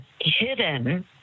hidden